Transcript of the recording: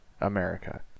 America